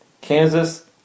Kansas